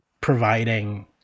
providing